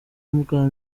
ubwa